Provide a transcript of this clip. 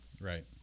Right